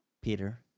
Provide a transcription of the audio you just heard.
Peter